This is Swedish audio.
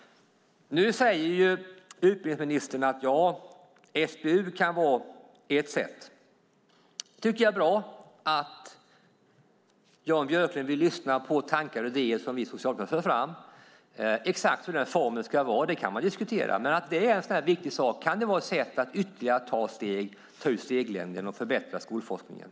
Nu säger utbildningsministern att SBU kan vara ett sätt. Jag tycker att det är bra att Jan Björklund vill lyssna på tankar och idéer som vi socialdemokrater för fram. Exakt hur formen ska vara kan man diskutera, men det är en viktig sak. Det kan vara ett sätt att ytterligare ta ut steglängden och förbättra skolforskningen.